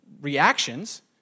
reactions